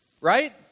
right